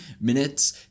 minutes